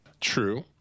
True